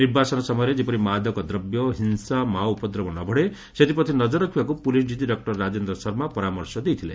ନିର୍ବାଚନ ସମୟରେ ଯେପରି ମାଦକଦ୍ରବ୍ୟ ହିଂସା ଓ ମାଓ ଉପଦ୍ରବ ନ ବଢେ ସେଥିପ୍ରତି ନଳର ରଖିବାକୁ ପୁଳିସ ଡିଜି ରାଜେନ୍ଦ୍ର ଶର୍ମା ପରାମର୍ଶ ଦେଇଥିଲେ